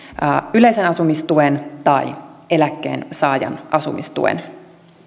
yleisen asumistuen tai eläkkeensaajan asumistuen